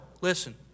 Listen